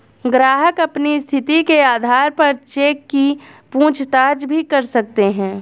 ग्राहक अपनी स्थिति के आधार पर चेक की पूछताछ भी कर सकते हैं